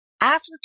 Africa